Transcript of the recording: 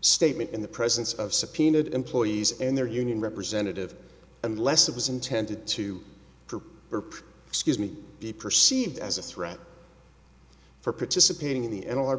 statement in the presence of subpoenaed employees and their union representative unless it was intended to excuse me to be perceived as a threat for participating in the